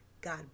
God